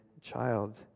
child